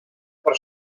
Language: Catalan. per